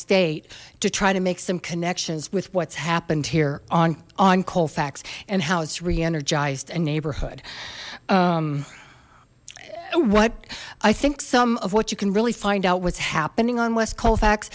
state to try to make some connections with what's happened here on on colfax and how its reenergized and neighborhood what i think some of what you can really find out what's happening on west